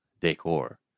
decor